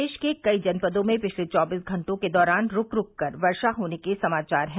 प्रदेश के कई जनपदों में पिछले चौबीस घंटों के दौरान रूक रूक वर्षा होने के समाचार हैं